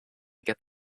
get